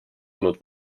olnud